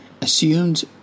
assumed